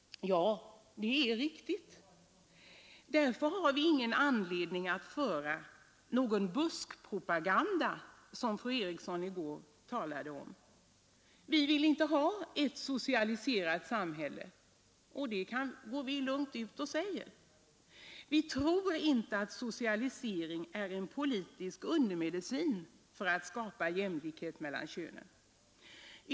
Ja, det är riktigt. Därför har vi ingen anledning att föra någon ”buskpropaganda” som fru Eriksson i Stockholm i går talade om. Vi vill inte ha ett socialiserat samhälle, och vi går lugnt ut och säger det. Vi tror inte att socialiseringen är en politisk undermedicin för att skapa jämlikhet mellan könen.